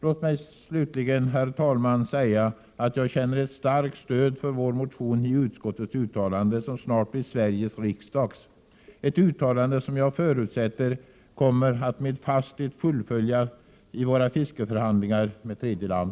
Låt mig slutligen, herr talman, säga att jag känner ett starkt stöd för vår motion i utskottets uttalande som snart blir Sveriges riksdags, ett uttalande som jag förutsätter att regeringen med fasthet kommer att fullfölja vid fiskeförhandlingar med tredje land.